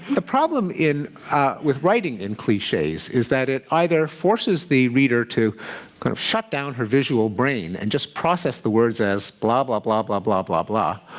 the problem with writing in cliches is that it either forces the reader to kind of shut down her visual brain and just process the words as blah, blah, blah, blah, blah, blah, blah.